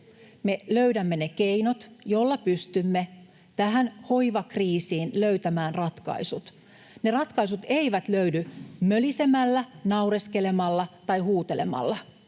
löydämme ne keinot, joilla pystymme tähän hoivakriisiin löytämään ratkaisut. Ne ratkaisut eivät löydy mölisemällä, naureskelemalla tai huutelemalla.